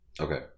Okay